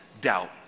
doubt